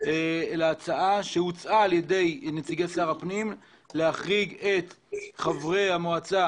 להצעה שהוצעה על ידי נציגי שר הפנים להחריג את חברי המועצה,